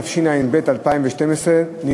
התשע"ב 2012,